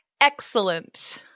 Excellent